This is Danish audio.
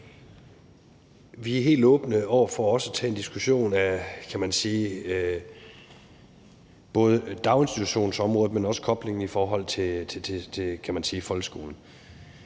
Vi er helt åbne over for også at tage en diskussion af både daginstitutionsområdet, men også koblingen i forhold til folkeskolen.